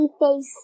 face